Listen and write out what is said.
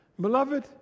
Beloved